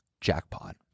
Jackpot